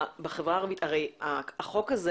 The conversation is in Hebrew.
בחברה הערבית הרי הבעיה הגדולה של החוק הזה